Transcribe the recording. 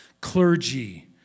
clergy